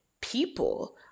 people